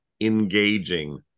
engaging